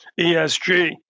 ESG